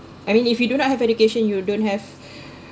I mean if you do not have education you don't have